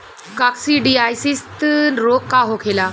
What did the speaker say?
काकसिडियासित रोग का होखेला?